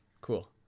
cool